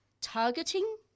targeting